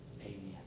amen